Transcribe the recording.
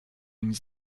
nic